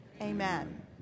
Amen